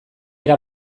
era